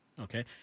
Okay